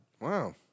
Wow